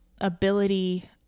ability